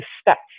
steps